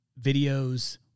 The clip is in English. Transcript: videos